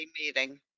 meeting